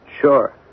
Sure